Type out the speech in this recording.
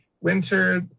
winter